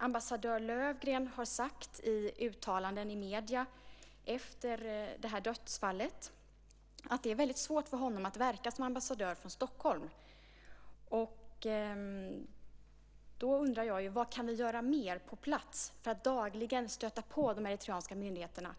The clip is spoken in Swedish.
Ambassadör Löfgren har sagt i uttalanden i medier efter dödsfallet att det är väldigt svårt att för honom verka som ambassadör från Stockholm. Då undrar jag: Vad kan vi göra mer, på plats, för att dagligen stöta på de eritreanska myndigheterna?